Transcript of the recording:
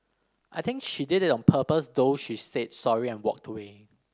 I think she did it on purpose though she said sorry and walked away